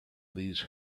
these